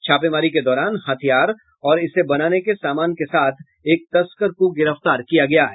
छापेमारी के दौरान हथियार और इसको बनाने के समान के साथ एक तस्कर को गिरफ्तार किया गया है